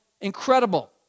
incredible